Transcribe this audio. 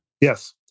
Yes